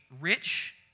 rich